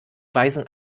weisen